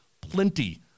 plenty